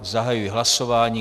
Zahajuji hlasování.